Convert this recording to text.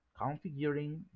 configuring